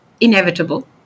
inevitable